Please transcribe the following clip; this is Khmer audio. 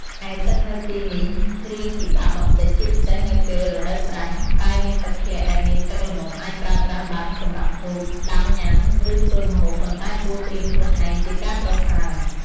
ឯទឹកនៅទីនេះ រៀងពិបាកបន្តិចជាពិសេសនៅពេលរដូវប្រាំង តែមានទឹកធ្លាក់ដែលមានទឹកល្មមអាចប្រេីប្រាស់បានសម្រាប់ងូត ដាំញុាំ ឬធ្វេីម្ហូប ប៉ុន្តែគួរត្រៀមខ្លួនឯង ជាការប្រសើរ។